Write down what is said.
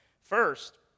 First